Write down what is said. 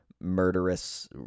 murderous